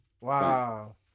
Wow